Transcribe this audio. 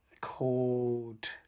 called